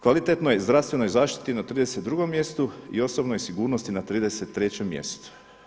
Kvalitetnoj zdravstvenoj zaštiti na 32. mjestu i osobnoj sigurnosti na 33. mjestu.